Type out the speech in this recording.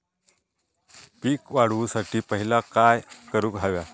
पीक वाढवुसाठी पहिला काय करूक हव्या?